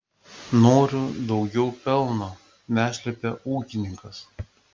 noriu daugiau pelno neslėpė ūkininkas